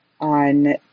on